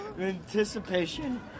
anticipation